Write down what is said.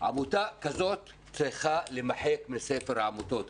עמותה כזאת צריכה להימחק מספר העמותות.